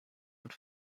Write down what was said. und